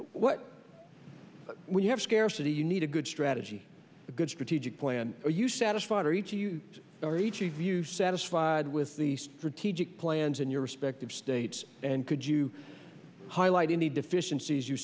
what we have scarcity you need a good strategy a good strategic plan are you satisfied or each of you are each of you satisfied with the strategic plans in your respective states and could you highlight any deficiencies you